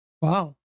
wow